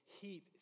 heat